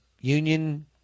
Union